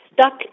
stuck